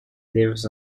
lives